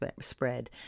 spread